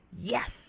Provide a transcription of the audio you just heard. yes